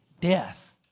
death